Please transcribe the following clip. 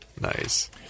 Nice